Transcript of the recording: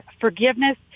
forgiveness